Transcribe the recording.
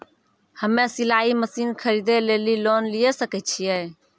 हम्मे सिलाई मसीन खरीदे लेली लोन लिये सकय छियै?